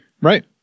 Right